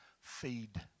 Feed